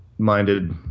Minded